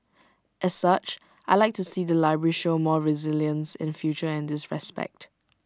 as such I Like to see the library show more resilience in future in this respect